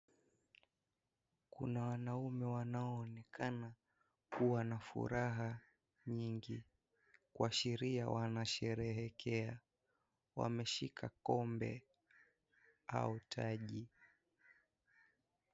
Kuna wanaume wanaoonekana kuwa na furaha nyingi kuashiria wanasherehekea, wameshika kombe au taji.